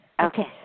okay